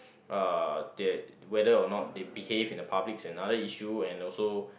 uh that whether or not they behave in the public is another issue and also